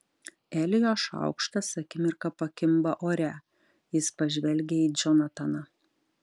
elijo šaukštas akimirką pakimba ore jis pažvelgia į džonataną